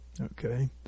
Okay